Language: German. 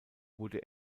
wurde